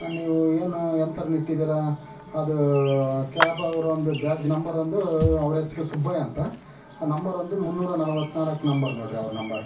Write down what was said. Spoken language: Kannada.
ನೀವು ಏನು ಎಂಥವ್ರ್ನ ಇಟ್ಟಿದಿರಾ ಅದು ಕ್ಯಾಬವ್ರ ಒಂದು ಬ್ಯಾಡ್ಜ್ ನಂಬರ್ ಒಂದು ಅವ್ರ ಹೆಸ್ರು ಸುಬ್ಬಯ್ಯ ಅಂತ ನಂಬರ್ ಒಂದು ಮೂನ್ನೂರ ನಲವತ್ನಾಲ್ಕು ನಂಬರ್ ನೋಡಿರಿ ಅವ್ರ ನಂಬರ್